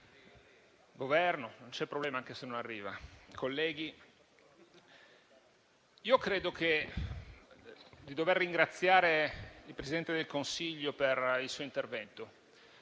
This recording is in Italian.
credo di dover ringraziare il Presidente del Consiglio per il suo intervento.